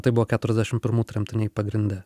tai buvo keturiasdešimt pirmų tremtiniai pagrinde